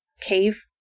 cave